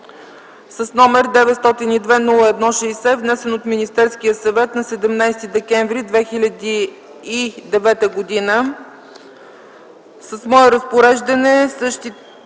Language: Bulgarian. № 902-01-60, внесен от Министерския съвет на 17 декември 2009 г.,